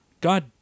God